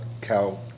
cow